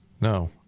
No